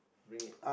bring it